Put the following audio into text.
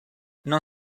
non